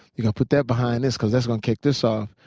you know put that behind this because that's gonna kick this off.